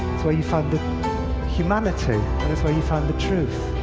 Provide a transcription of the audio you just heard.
where you find the humanity, and it's where you find the truth.